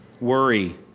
Worry